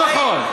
לא נכון.